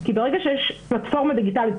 כי ברגע שיש פלטפורמה דיגיטלית,